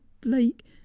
Blake